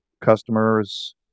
customers